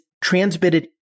transmitted